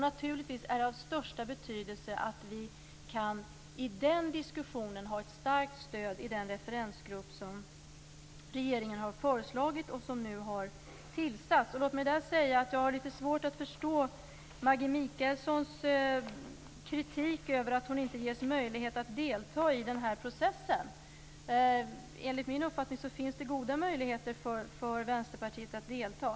Naturligtvis är det av största betydelse att vi i den diskussionen kan ha ett starkt stöd i den referensgrupp som regeringen har föreslagit och som nu har tillsatts. Jag har svårt att förstå Maggi Mikaelssons kritik över att hon inte getts möjlighet att delta i processen. Enligt min uppfattning finns det goda möjligheter för Vänsterpartiet att delta.